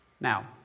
Now